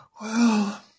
Well